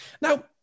Now